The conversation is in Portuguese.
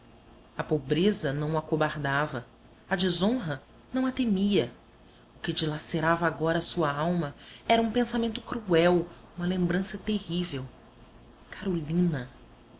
a pobreza não o acobardava a desonra não a temia o que dilacerava agora a sua alma era um pensamento cruel uma lembrança terrível carolina